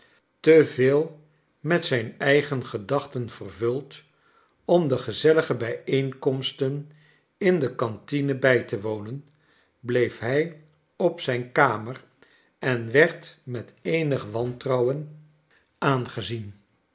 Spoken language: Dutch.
veef met zijn eigen gedachten vervuld om de gezellige bijeenkomsten in de cantine bij te wonen bleef hij op zijn kamer en werd met eenig wantrouwen